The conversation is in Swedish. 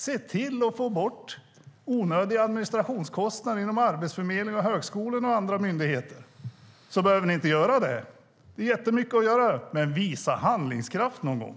Se till att få bort onödiga administrationskostnader inom Arbetsförmedlingen, högskolorna och andra myndigheter så behöver ni inte göra det. Det finns jättemycket att göra. Visa handlingskraft någon gång!